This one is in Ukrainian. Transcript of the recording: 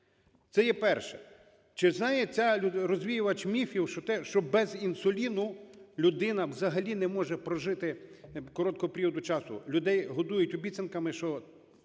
Це є перше. Чи знає цейрозвіювач міфів, що без інсуліну людина взагалі не може прожити короткого періоду часу? Людей годують обіцянками, що